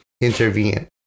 intervene